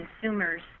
consumers